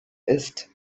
ist